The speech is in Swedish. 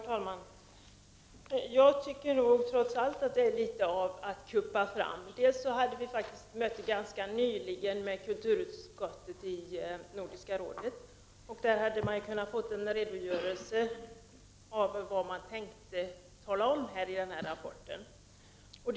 Herr talman! Jag tycker trots allt att detta sker på ett kuppartat sätt. Vi hade ju ganska nyligen ett möte med kulturutskottet i Nordiska rådet. Då hade en redogörelse kunnat lämnas om vad denna rapport skulle innehålla.